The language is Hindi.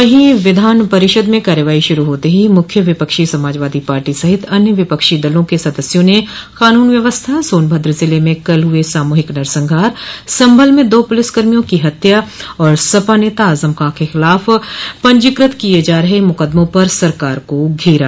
वहीं विधान परिषद में कार्यवाही शुरू होते ही मुख्य विपक्षी समाजवादी पार्टी सहित अन्य विपक्षी दलों के सदस्यों ने कानून व्यवस्था सोनभद्र ज़िले में कल हुए सामूहिक नरसंहार संभल में दो पुलिस कर्मियों की हत्या और सपा नेता आज़म खां के ख़िलाफ़ पंजीक़त किये जा रहे मुक़दमों पर सरकार को घेरा